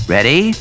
Ready